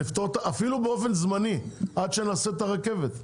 אפילו באופן זמני שנפתור את זה עד שנעשה את הרכבת.